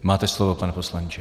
Máte slovo, pane poslanče.